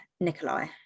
Nikolai